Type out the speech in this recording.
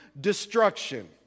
destruction